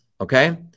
okay